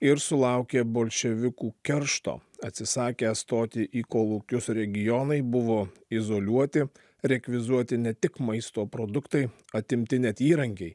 ir sulaukė bolševikų keršto atsisakę stoti į kolūkius regionai buvo izoliuoti rekvizuoti ne tik maisto produktai atimti net įrankiai